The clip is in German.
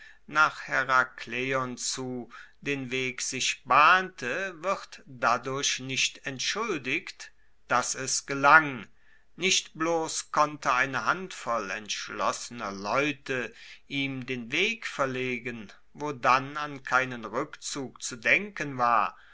nach herakleion zu den weg sich bahnte wird dadurch nicht entschuldigt dass es gelang nicht bloss konnte eine handvoll entschlossener leute ihm den weg verlegen wo dann an keinen rueckzug zu denken war